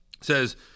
says